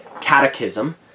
Catechism